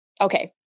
Okay